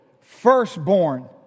firstborn